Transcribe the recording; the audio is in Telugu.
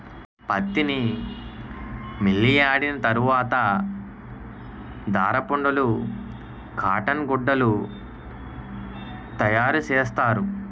పత్తిని మిల్లియాడిన తరవాత దారపుండలు కాటన్ గుడ్డలు తయారసేస్తారు